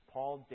Paul